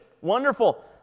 Wonderful